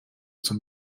zum